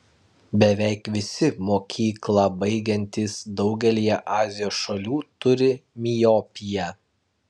beveik visi mokyklą baigiantys daugelyje azijos šalių turi miopiją